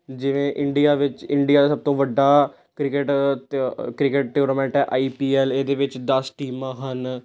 ਜਿਵੇਂ ਇੰਡੀਆ ਵਿੱਚ ਇੰਡੀਆ ਦਾ ਸਭ ਤੋਂ ਵੱਡਾ ਕ੍ਰਿਕਟ ਤਿਉ ਕ੍ਰਿਕਟ ਟੂਰਨਾਮੈਂਟ ਹੈ ਆਈ ਪੀ ਐਲ ਇਹਦੇ ਵਿੱਚ ਦਸ ਟੀਮਾਂ ਹਨ